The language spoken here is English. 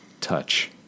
touch